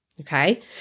Okay